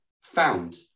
found